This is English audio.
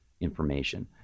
information